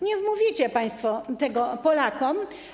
Nie wmówicie państwo tego Polakom.